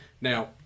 Now